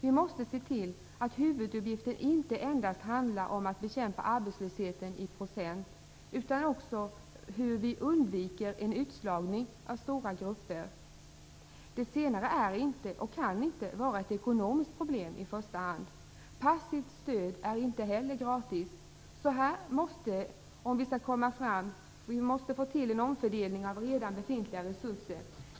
Vi måste se till att huvuduppgiften inte endast handlar om att bekämpa arbetslösheten i procent, utan också om hur vi undviker en utslagning av stora grupper. Det senare är inte och kan inte vara ett ekonomiskt problem i första hand. Passivt stöd är inte heller gratis. Här måste vi, om vi skall komma framåt, få till en omfördelning av redan befintliga resurser.